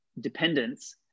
dependence